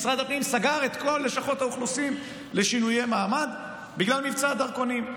משרד הפנים סגר את כל לשכות האוכלוסין לשינויי מעמד בגלל מבצע הדרכונים.